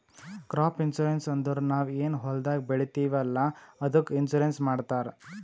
crop insurance ಅಂದುರ್ ನಾವ್ ಏನ್ ಹೊಲ್ದಾಗ್ ಬೆಳಿತೀವಿ ಅಲ್ಲಾ ಅದ್ದುಕ್ ಇನ್ಸೂರೆನ್ಸ್ ಮಾಡ್ತಾರ್